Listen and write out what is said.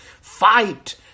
fight